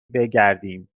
بگردیم